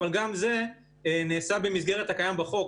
אבל גם זה נעשה במסגרת הקיים בחוק.